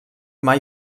mai